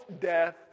death